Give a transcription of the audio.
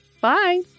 Bye